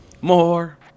more